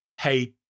Hey